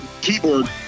keyboard